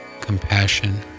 compassion